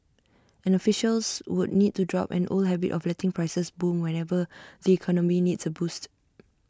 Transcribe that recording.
and officials would need to drop an old habit of letting prices boom whenever the economy needs A boost